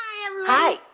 Hi